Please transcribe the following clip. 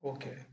Okay